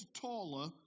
taller